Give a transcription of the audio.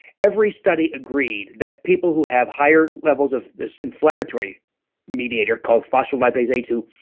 every study agreed that people who have higher levels of this inflammatory mediator called phospholipase a two,